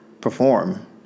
perform